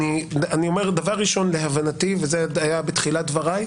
דבר ראשון להבנתי וזה היה בתחילת דברי,